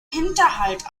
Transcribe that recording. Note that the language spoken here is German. hinterhalt